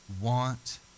want